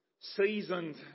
seasoned